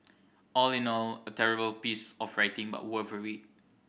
all in all a terrible piece of writing but worth a read